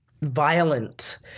violent